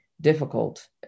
difficult